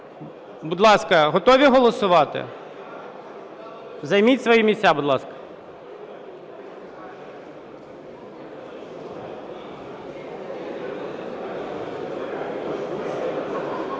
Будь ласка, готові голосувати? Займіть свої місця, будь ласка.